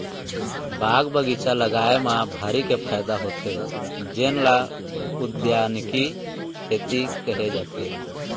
बाग बगीचा लगाए म भारी के फायदा होथे जेन ल उद्यानिकी खेती केहे जाथे